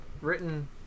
written